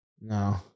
No